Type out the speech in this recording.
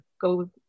go